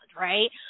right